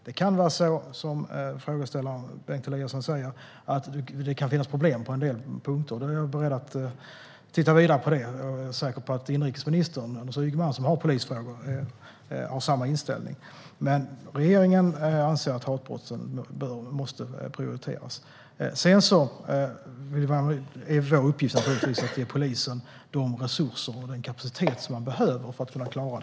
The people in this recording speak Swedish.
Det kan stämma att det kan finnas problem på en del punkter, som Bengt Eliasson säger. Då är jag beredd att titta vidare på det. Jag är säker på att inrikesministern, Anders Ygeman, som har hand om polisfrågor, har samma inställning. Men regeringen anser att hatbrotten måste prioriteras. Sedan är det naturligtvis vår uppgift att ge polisen de resurser och den kapacitet som man behöver för att klara detta.